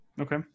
Okay